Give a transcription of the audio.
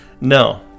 no